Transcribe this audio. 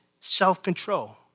self-control